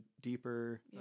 deeper